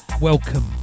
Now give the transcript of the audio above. welcome